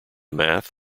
math